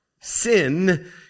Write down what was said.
sin